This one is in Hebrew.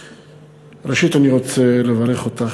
ראשית אני רוצה לברך אותך.